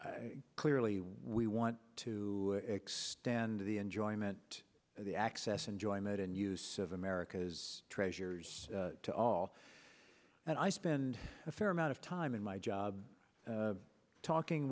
clearly we want to extend the enjoyment of the access enjoyment and use of america's treasures to all and i spend a fair amount of time in my job talking